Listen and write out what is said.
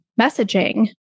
messaging